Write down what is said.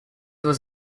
was